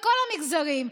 בכל המגזרים,